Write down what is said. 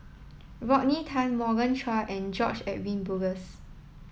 Rodney Tan Morgan Chua and George Edwin Bogaars